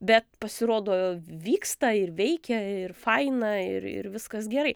bet pasirodo vyksta ir veikia ir faina ir ir viskas gerai